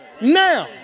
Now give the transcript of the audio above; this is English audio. now